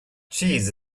cheese